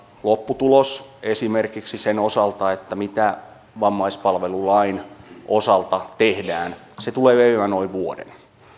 lopputulos esimerkiksi sen osalta mitä vammaispalvelulain osalta tehdään tulee viemään noin vuoden